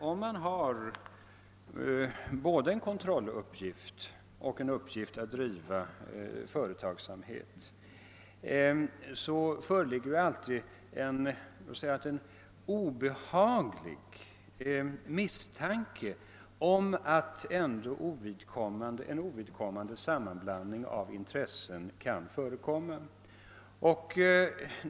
Om staten har både en kontrollupp gift och en uppgift att driva företagsamhet, föreligger det alltid en obehaglig misstanke att en sammanblandning av varandra ovidkommande intressen kan förekomma.